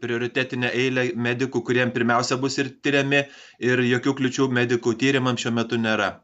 prioritetinę eilę medikų kuriem pirmiausia bus ir tiriami ir jokių kliūčių medikų tyrimams šiuo metu nėra